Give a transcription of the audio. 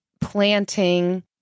planting